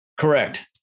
correct